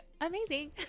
Amazing